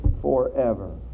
forever